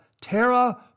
Terra